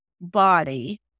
body